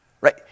Right